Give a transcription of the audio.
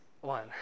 one